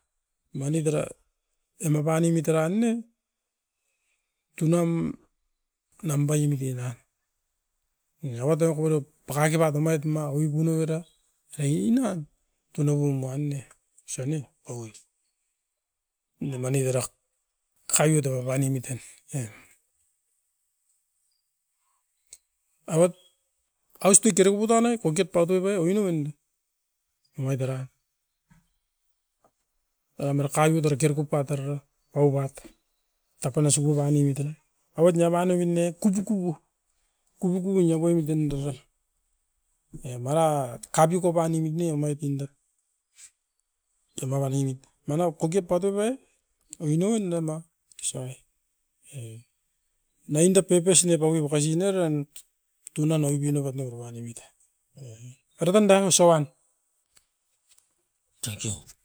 Manit era ema panemit era ne, tunam nambaimit e na. Esa uat eva kopatop pakakibat omait ma oipu novera, ra iinan tunapum uan ne osa nem paui. Ine manit era kaviut apa mani miten, e. Awat austui kerepu tanai, kouket patoipai o inoven da, omait era. Eram era kaviut era keruku pat era ra aubat, tapan asuku banemit era. Awat niava nomin ne kupuku, kupuku binia baimiten dera e marakat kapiuko panemit ne omait inda. Evanga nemit, manap kokiop patoip ai, oi noven dan da osa uai e. Omain da purpose ne paui makasin eran, tunan auipin oubat no ruana uit. E era vanda nus a uan, tenkiu.